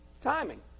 Timing